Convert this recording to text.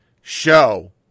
show